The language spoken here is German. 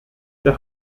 der